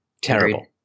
Terrible